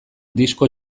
disko